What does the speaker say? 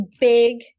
big